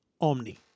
Omni